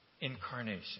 incarnation